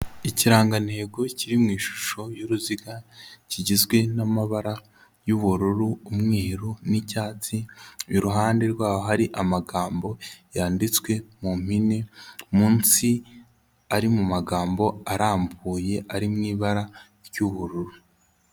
Ikirangantego kiri mu ishusho y'uruziga kigizwe n'amabara y'ubururu, umweru n'icyatsi, iruhande rwaho hari amagambo yanditswe mu mpine, munsi ari mu magambo arambuye ari mu ibara ry'ubururu.